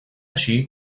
així